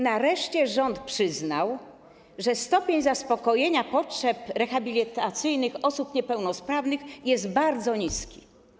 Nareszcie rząd przyznał, że stopień zaspokojenia potrzeb rehabilitacyjnych osób niepełnosprawnych jest bardzo niski.